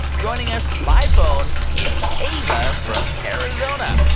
joining us by phone, it's ava from arizona.